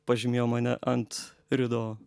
pažymėjo mane ant rido